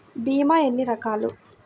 భీమ ఎన్ని రకాలు?